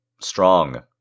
strong